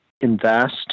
invest